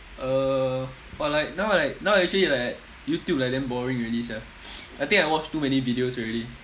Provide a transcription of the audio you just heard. uh but like now like now actually like youtube like damn boring already sia I think I watch too many videos already